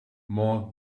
more